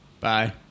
Bye